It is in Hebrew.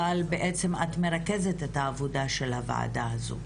אבל בעצם את מרכזת את העבודה של הוועדה הזו.